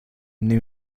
new